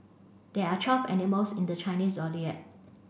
there are twelve animals in the Chinese Zodiac